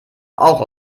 auch